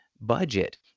budget